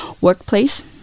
workplace